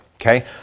okay